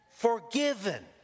forgiven